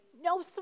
no